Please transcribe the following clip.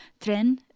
tren